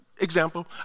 example